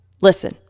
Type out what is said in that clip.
Listen